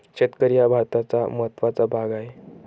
शेतकरी हा भारताचा महत्त्वाचा भाग आहे